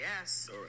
Yes